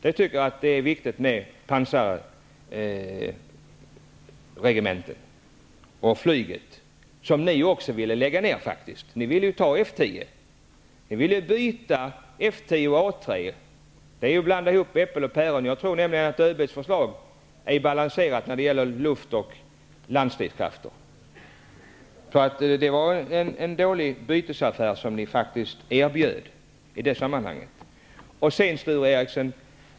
Jag tycker att det är viktigt med pansarregementena och flyget. Ni ville lägga ner flyget. Ni ville ta F 10. Ni ville byta F 10 mot A 3. Det är att blanda ihop äpplen och päron. Jag tror att ÖB:s förslag är balanserat när det gäller luftstridskrafter och landstridskrafter. Det var en dålig bytesaffär ni erbjöd i det sammanhanget.